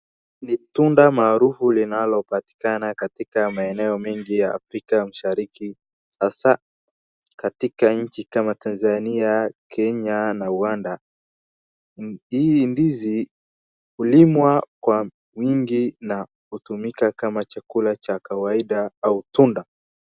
Ni tunda maarufu linalopatikana katika maeneo mingi ya afrika mashariki hasaa katika nchi kama Tanzania, Kenya na Uganda. Hii ndizi hulimwa kwa wingi na hutumika kama chakula cha kawaida au tunda.